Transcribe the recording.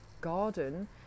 garden